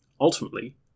ultimately